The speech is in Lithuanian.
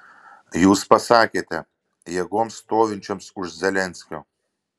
jūs pasakėte jėgoms stovinčioms už zelenskio